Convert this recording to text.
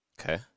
Okay